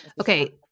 Okay